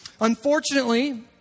Unfortunately